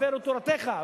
הפירו תורתך,